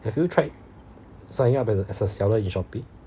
have you tried sign up as a as a seller you shopee